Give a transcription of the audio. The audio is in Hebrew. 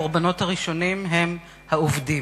הקורבנות הראשונים הם העובדים.